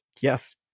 Yes